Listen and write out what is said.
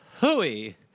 Hooey